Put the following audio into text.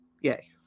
Yay